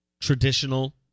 traditional